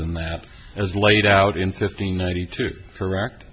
than that as laid out in fifteen ninety two correct